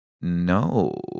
no